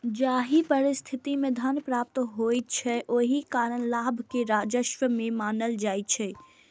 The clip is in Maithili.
जाहि परिस्थिति मे धन प्राप्त होइ छै, ओहि कारण लाभ कें राजस्व नै मानल जाइ छै